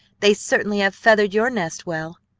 they certainly have feathered your nest well!